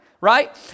right